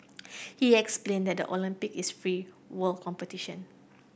he explain that the Olympic is free world competition